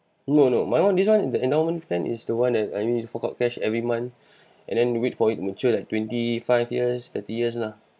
no no my one this one the endowment plan is the one that I need to fork out cash every month and then wait for it mature like twenty five years thirty years lah